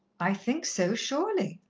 i think so, surely.